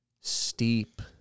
steep